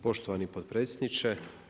Poštovani potpredsjedniče.